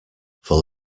full